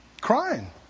Crying